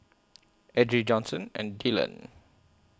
Edrie Johnson and Dyllan